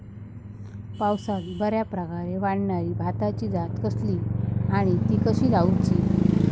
पावसात बऱ्याप्रकारे वाढणारी भाताची जात कसली आणि ती कशी लाऊची?